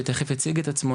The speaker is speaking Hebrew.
שתיכף יציג את עצמו,